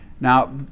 Now